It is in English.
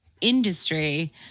industry